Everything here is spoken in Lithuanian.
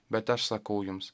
bet aš sakau jums